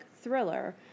thriller